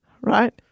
right